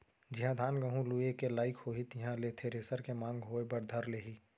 जिहॉं धान, गहूँ लुए के लाइक होही तिहां ले थेरेसर के मांग होय बर धर लेही